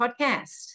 Podcast